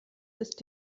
ist